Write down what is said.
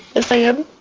as i am.